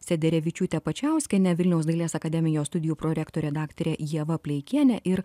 sederevičiūte pačiauskiene vilniaus dailės akademijos studijų prorektore daktare ieva pleikienė ir